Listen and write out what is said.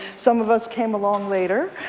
some of us came along later.